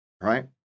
right